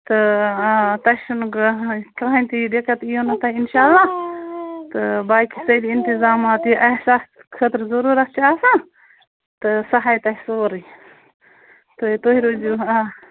تہٕ تۄہہِ چھُ نہٕ کٕہیٖنٛۍ کٕہیٖنٛۍ تہِ دِقعت ییو نہٕ تۄہہِ انشااللہ تہٕ باقٕےسٲری انتظامات یہِ احساس خٲطرٕ ضروٗرت آسان تہٕ سُہ ہاے تۄہہِ سورُے تہٕ تُہۍ روزِو